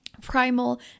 primal